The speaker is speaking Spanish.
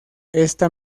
esta